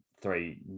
three